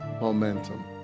momentum